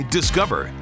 Discover